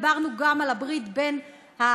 דיברנו גם על הברית האדומה-ירוקה,